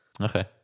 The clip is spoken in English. Okay